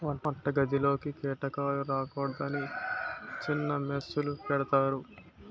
వంటగదిలోకి కీటకాలు రాకూడదని చిన్న మెష్ లు పెడతారు